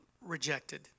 rejected